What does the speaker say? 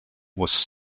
was